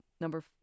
Number